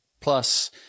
plus